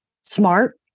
Smart